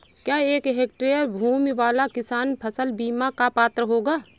क्या एक हेक्टेयर भूमि वाला किसान फसल बीमा का पात्र होगा?